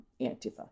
Antifa